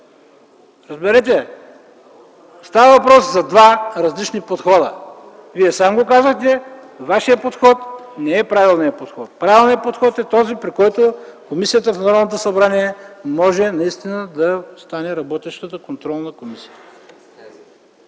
Разберете, става въпрос за два различни подхода, Вие сам го казахте. Вашият подход не е правилният подход. Правилният подход е този, при който Комисията в Народното събрание може наистина да стане работеща контролна комисия.